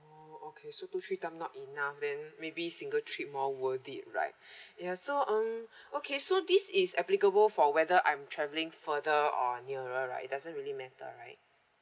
oh okay so two three time not enough then maybe single trip more worth it right ya so um okay so this is applicable for whether I'm travelling further or nearer right doesn't really matter right